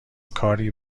کاری